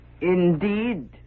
Indeed